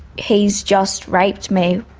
he's just raped me,